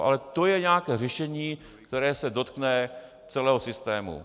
Ale tohle je nějaké řešení, které se dotkne celého systému.